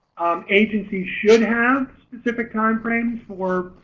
agencies should have specific time frames for